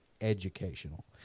educational